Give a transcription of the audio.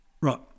Right